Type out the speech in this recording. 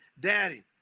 Daddy